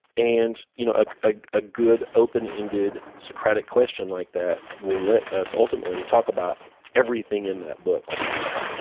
and you know ah ah a good open-ended socratic question like that will let us ultimately talk about everything in that book almost.